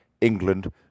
England